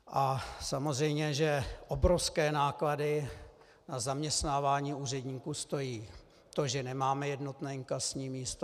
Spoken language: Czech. A samozřejmě, že obrovské náklady na zaměstnávání úředníků stojí to, že nemáme jednotné inkasní místo.